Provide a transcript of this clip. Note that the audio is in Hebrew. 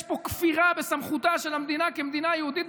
יש פה כפירה בסמכותה של המדינה כמדינה יהודית.